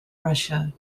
russia